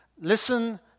Listen